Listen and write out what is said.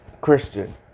Christian